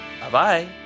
Bye-bye